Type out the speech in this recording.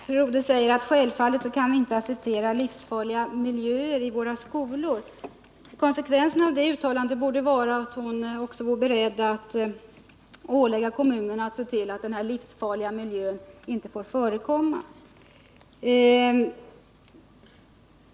Herr talman! Fru Rodhe säger att självfallet kan vi inte acceptera livsfarliga miljöer i våra skolor. Konsekvensen av det uttalandet borde vara att hon också är beredd att ålägga kommunerna att se till att denna livsfarliga miljö inte får förekomma.